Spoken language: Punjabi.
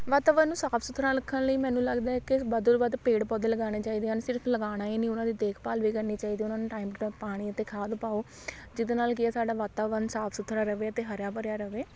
ਵਾਤਾਵਰਨ ਨੂੰ ਸਾਫ ਸੁਥਰਾ ਰੱਖਣ ਲਈ ਮੈਨੂੰ ਲੱਗਦਾ ਏ ਕਿ ਵੱਧ ਤੋਂ ਵੱਧ ਪੇੜ ਪੌਦੇੇ ਲਗਾਉਣੇ ਚਾਹੀਦੇ ਹਨ ਸਿਰਫ ਲਗਾਉਣਾ ਹੀ ਨਹੀਂ ਉਹਨਾਂ ਦੀ ਦੇਖਭਾਲ ਵੀ ਕਰਨੀ ਚਾਹੀਦੀ ਉਹਨਾਂ ਨੂੰ ਟਾਈਮ ਟੂ ਟਾਈਮ ਪਾਣੀ ਅਤੇ ਖਾਦ ਪਾਓ ਜਿਹਦੇ ਨਾਲ ਕੀ ਆ ਸਾਡਾ ਵਾਤਾਵਰਨ ਸਾਫ ਸੁਥਰਾ ਰਵੇ ਅਤੇ ਹਰਿਆ ਭਰਿਆ ਰਵੇ